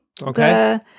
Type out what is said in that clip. Okay